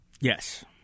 Yes